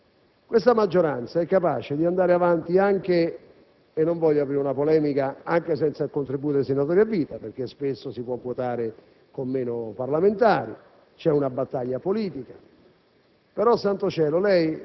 L'attuale maggioranza è capace di andare avanti - e non voglio aprire una polemica - anche senza il contributo dei senatori a vita, perché spesso si può votare con meno parlamentari; c'è una battaglia politica,